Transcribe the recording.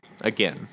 again